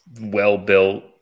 well-built